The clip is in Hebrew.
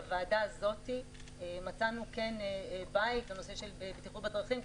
בוועדה הזאת מצאנו כן בית לנושא של בטיחות בדרכים,